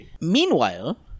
Meanwhile